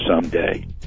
someday